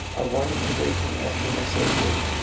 i wanted to wait till after my surgery.